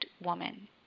woman